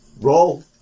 Roll